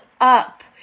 up